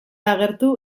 agertu